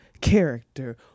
character